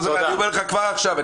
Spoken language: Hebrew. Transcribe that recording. אני אומר לך כבר עכשיו.